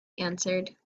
answered